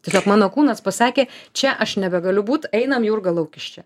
tiesiog mano kūnas pasakė čia aš nebegaliu būt einam jurga lauk iš čia